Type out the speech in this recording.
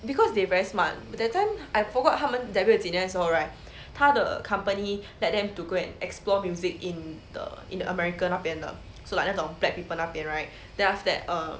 because they very smart that time I forgot 他们 debut 几年的时候 right 他的 company let them to go and explore music in the in the america 那边的 so like 那种 black people 那边 right then after that err